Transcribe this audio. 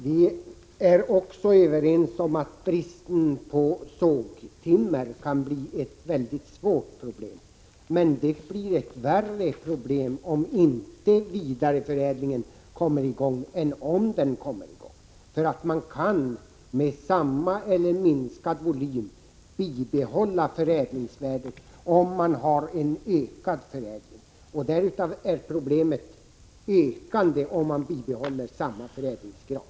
Herr talman! Vi är också överens om att bristen på sågtimmer kan bli ett mycket svårt problem. Men det blir ett värre problem om inte vidareförädlingen kommer i gång än om den kommer i gång. Man kan med samma eller minskad volym bibehålla förädlingsvärdet om man har en ökad förädling. Därför ökar problemen om man bibehåller samma förädlingsgrad.